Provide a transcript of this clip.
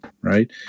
right